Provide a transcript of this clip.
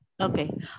Okay